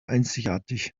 einzigartig